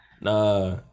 Nah